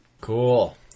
Cool